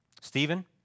Stephen